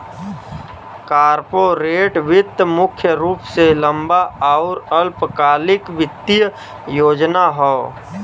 corporate वित्त मुख्य रूप से लंबा आउर अल्पकालिक वित्तीय योजना हौ